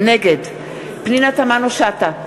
נגד פנינה תמנו-שטה,